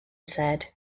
said